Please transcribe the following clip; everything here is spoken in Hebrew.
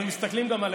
אבל מסתכלים גם עליכם,